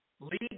lead